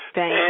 Thank